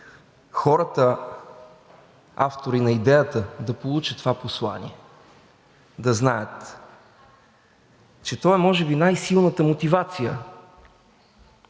хората, автори на идеята, да получат това послание, да знаят, че то е може би най-силната мотивация